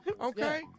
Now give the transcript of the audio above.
okay